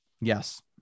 Yes